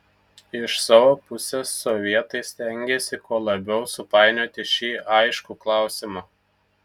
iš savo pusės sovietai stengėsi kuo labiau supainioti šį aiškų klausimą